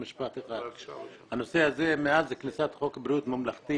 --- הנושא הזה מאז כניסת חוק בריאות ממלכתי